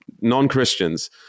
non-Christians